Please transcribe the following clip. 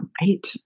Right